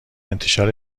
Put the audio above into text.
انتشار